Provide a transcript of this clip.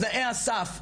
תנאיי הסף,